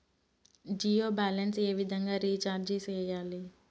Jio balance ఏ విధంగా recharge సేయాలి?